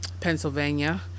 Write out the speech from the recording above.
Pennsylvania